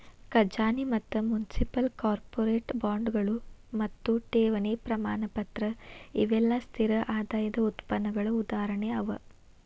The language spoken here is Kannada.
ಖಜಾನಿ ಮತ್ತ ಮುನ್ಸಿಪಲ್, ಕಾರ್ಪೊರೇಟ್ ಬಾಂಡ್ಗಳು ಮತ್ತು ಠೇವಣಿ ಪ್ರಮಾಣಪತ್ರ ಇವೆಲ್ಲಾ ಸ್ಥಿರ ಆದಾಯದ್ ಉತ್ಪನ್ನಗಳ ಉದಾಹರಣೆ ಅವ